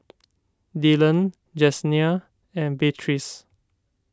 Dillon Jessenia and Beatrice